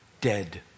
Dead